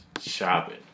shopping